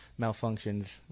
malfunctions